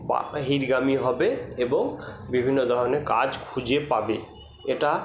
বাহিরগামি হবে এবং বিভিন্ন ধরনের কাজ খুঁজে পাবে এটা